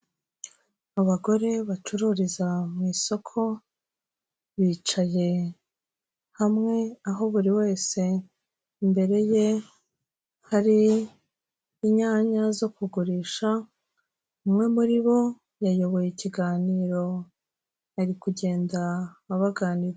Abagore bacururiza mu isoko, bicaye hamwe aho buri wese imbere ye hari inyanya zo kugurisha, umwe muri bo yayoboye ikiganiro, ari kugenda abaganiriza.